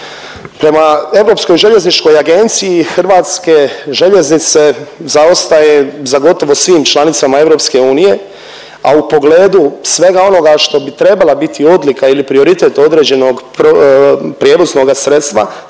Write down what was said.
Prema europskoj željezničkoj agenciji Hrvatske željeznice zaostaje za gotovo svim članicama EU, a u pogledu svega onoga što bi trebala biti odlika ili prioritet određenog prijevoznoga sredstva